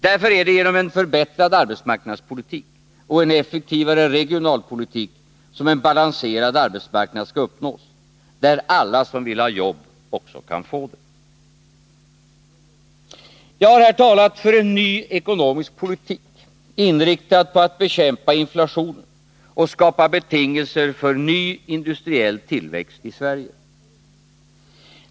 Därför är det genom en förbättrad arbetsmarknadspolitik och en effektivare regionalpolitik som en balanserad arbetsmarknad skall uppnås, där alla som vill ha jobb också kan få det. Jag har här talat för en ny ekonomisk politik, inriktad på att bekämpa inflationen och skapa betingelser för ny industriell tillväxt i Sverige.